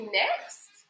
next